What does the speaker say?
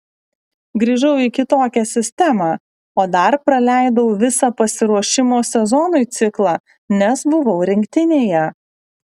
grįžau į kitokią sistemą o dar praleidau visą pasiruošimo sezonui ciklą nes buvau rinktinėje